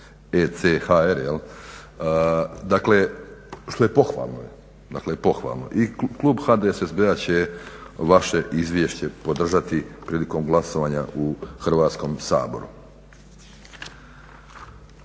ECHR-a dakle što je pohvalno i Klub HDSSB-a će vaše izvješće podržati prilikom glasovanja u Hrvatskom saboru.